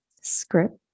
script